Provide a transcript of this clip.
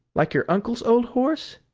like your uncle's old horse?